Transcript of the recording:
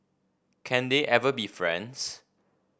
can they ever be friends